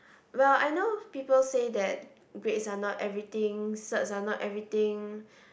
well I know people say that grades are not everything certs are not everything